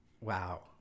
Wow